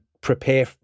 prepare